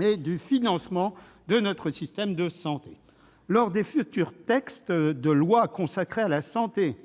et du financement de notre système de santé. Lors des futurs textes de loi consacrés à la santé,